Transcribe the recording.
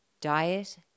diet